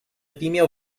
female